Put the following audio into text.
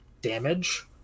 damage